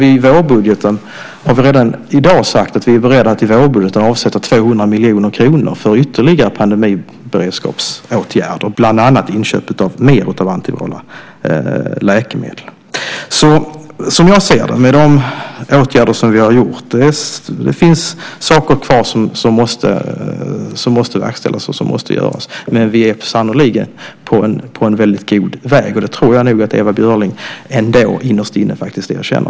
Vi har redan i dag sagt att vi är beredda att i vårbudgeten avsätta 200 miljoner kronor för ytterligare pandemiberedskapsåtgärder, bland annat inköp av mer antivirala läkemedel. Som jag ser det, med de åtgärder som vi har vidtagit, finns det saker kvar som måste göras, men vi är sannerligen på god väg, och det tror jag nog att Ewa Björling innerst inne erkänner.